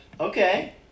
Okay